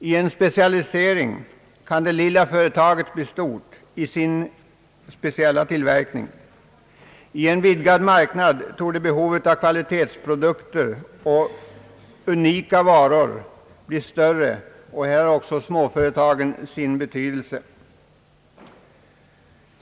Vid en specialisering kan det lilla företaget bli stort i sin speciella tillverkning. I en vidgad marknad torde behovet av kvalitetsprodukter och unika varor bli större, och här har också småföretagen sina möjligheter.